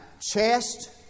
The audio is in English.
chest